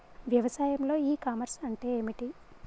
వ్యవసాయంలో e commerce అంటే ఏమిటి?